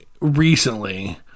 recently